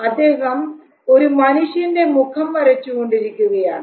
അദ്ദേഹം ഒരു മനുഷ്യൻറെ മുഖം വരച്ചുകൊണ്ടിരിക്കുകയാണ്